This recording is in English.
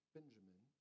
Benjamin